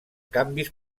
canvis